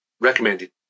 recommended